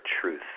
truth